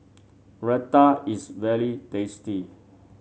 Raita is very tasty